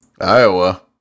Iowa